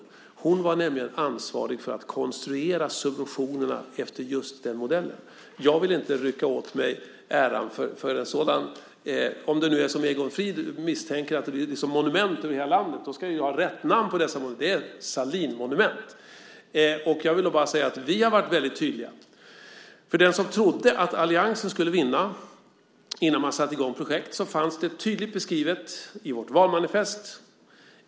Mona Sahlin var nämligen ansvarig för att subventionerna konstruerades efter just den modellen. Jag vill inte rycka åt mig äran för detta. Om det nu är som Egon Frid misstänker - att detta blir till monument över hela landet - ska vi ju ha rätt namn på dessa monument. De är Sahlinmonument! Vi har varit tydliga. För den som trodde att alliansen skulle vinna innan man satte i gång projekt fanns detta tydligt beskrivet i vårt valmanifest.